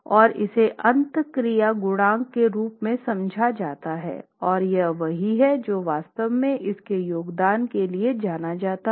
और इसे अंत क्रिया गुणांक के रूप में समझा जाता है और यह वही है जो वास्तव में इसके योगदान के लिए जाना जाता है